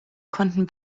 konnten